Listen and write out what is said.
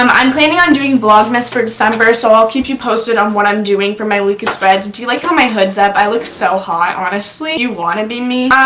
um i'm planning on doing vlogmas for december, so i'll keep you posted on what i'm doing for my weekly spreads. do you like how my hood's up? i look so hot. honestly? you want to be me.